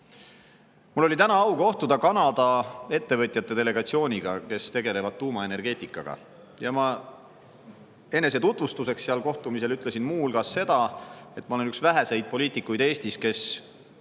Mul oli täna au kohtuda Kanada ettevõtjate delegatsiooniga, kes tegelevad tuumaenergeetikaga. Enese tutvustuseks seal kohtumisel ütlesin ma muu hulgas seda, et ma olen üks väheseid poliitikuid Eestis, kes